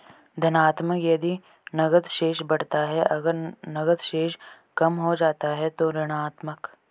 धनात्मक यदि नकद शेष बढ़ता है, अगर नकद शेष कम हो जाता है तो ऋणात्मक